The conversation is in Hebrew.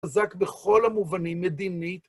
חזק בכל המובנים, מדינית,